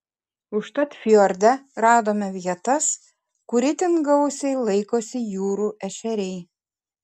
užtat fjorde radome vietas kur itin gausiai laikosi jūrų ešeriai